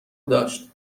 داشت